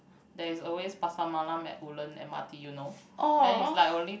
there is always Pasar-Malam at Woodland M_R_T you know then is like only